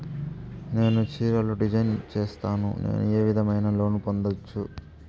నేను చీరలు డిజైన్ సేస్తాను, నేను ఏ విధమైన లోను పొందొచ్చు